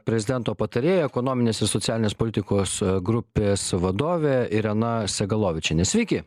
prezidento patarėja ekonominės ir socialinės politikos grupės vadovė irena sagalovičienė sveiki